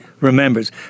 remembers